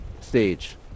stage